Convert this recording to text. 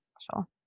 special